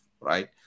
Right